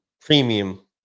premium